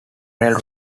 rail